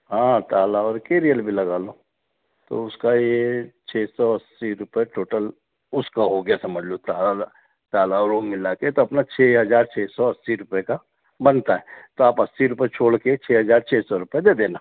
हाँ ताला और केरियल भी लगा लो तो उसका ये छः सौ अस्सी रुपए टोटल उसका हो गया समझ लो ताला और वो मिला के तो अपना छः हजार छः सौ अस्सी रुपए का बनता है तो आप अस्सी रुपए छोड़कर छः हजार छः सौ रुपए दे देना